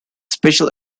special